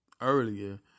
Earlier